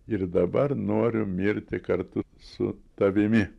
ir dabar noriu mirti kartu su tavimi